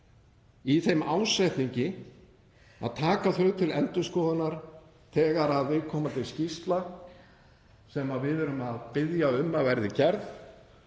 í þeim ásetningi að taka þau til endurskoðunar þegar viðkomandi skýrsla, sem við erum að biðja um að verði gerð,